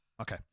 Okay